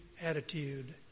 attitude